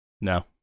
No